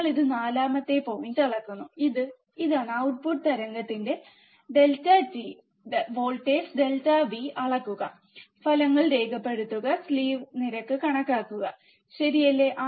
ഞങ്ങൾ ഇത് നാലാമത്തെ പോയിന്റ് അളക്കുന്നു ഇത് ഇതാണ് ഔട്ട്പുട്ട് തരംഗത്തിന്റെ ∆t വോൾട്ടേജ് ∆V അളക്കുക ഫലങ്ങൾ രേഖപ്പെടുത്തുക സ്ലീവ് നിരക്ക്ണക്കാക്കുക ശരിയല്ലേ